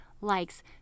likes